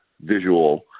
visual